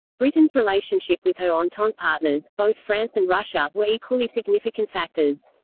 britain's relationship with her entente partners, both france and russia, were equally significant factors.